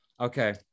Okay